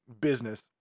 business